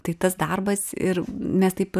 tai tas darbas ir mes taip ir